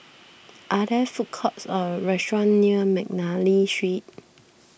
are there food courts or restaurants near McNally Street